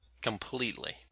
Completely